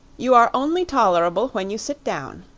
you are only tolerable when you sit down.